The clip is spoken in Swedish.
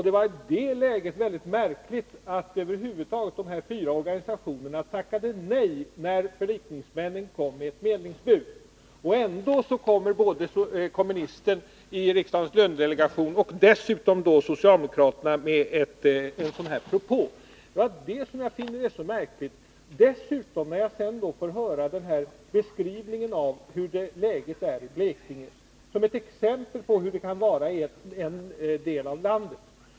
Det var i det läget märkligt att de här fyra organisationerna tackade nej när förlikningsmännen kom med ett slutbud. Ändå kommer både kommunisten och socialdemokraterna i riksdagens lönedelegation med en sådan här propå. Det var detta som jag fann så märkligt. Till detta kommer att jag här får höra denna beskrivning av läget i Blekinge som ett exempel på hur det kan vara i en del av landet.